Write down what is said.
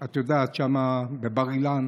את יודעת, שם בבר אילן